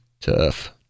Tough